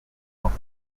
off